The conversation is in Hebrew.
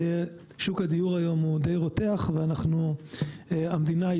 שוק הדיור היום הוא די רותח והמדינה היא